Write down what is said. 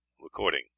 recording